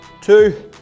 two